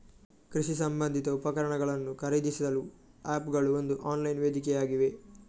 ಕೃಷಿ ಸಂಬಂಧಿತ ಉಪಕರಣಗಳನ್ನು ಖರೀದಿಸಲು ಆಪ್ ಗಳು ಒಂದು ಆನ್ಲೈನ್ ವೇದಿಕೆಯಾಗಿವೆ